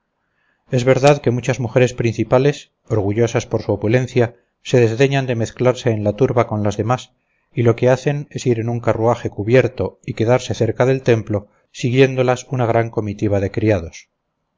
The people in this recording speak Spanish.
es verdad que muchas mujeres principales orgullosas por su opulencia se desdeñan de mezclarse en la turba con las demás y lo que hacen es ir en un carruaje cubierto y quedarse cerca del templo siguiéndolas una gran comitiva de criados